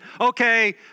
okay